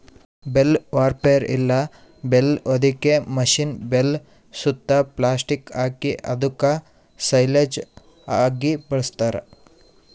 bale wrapper ಇಲ್ಲ bale ಹೊದಿಕೆ machine bale ಸುತ್ತಾ ಪ್ಲಾಸ್ಟಿಕ್ ಹಾಕಿ ಅದುಕ್ ಸೈಲೇಜ್ ಆಗಿ ಬದ್ಲಾಸ್ತಾರ್